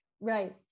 Right